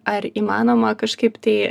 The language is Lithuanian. ar įmanoma kažkaip tai